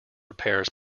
repairs